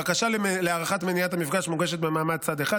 בקשה להארכת המפגש מוגשת במעמד צד אחד,